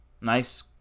nice